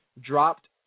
dropped